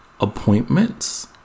appointments